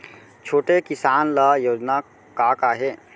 छोटे किसान ल योजना का का हे?